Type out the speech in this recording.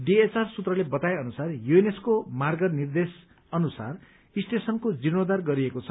DHR सूत्रले बताए अनुसार यूनेस्कोको मार्ग निर्देश अनुसार स्टेशनको जिर्णोद्वार गरिएको छ